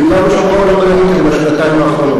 ביהודה ושומרון לא בניתם בשנתיים האחרונות.